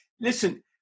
listen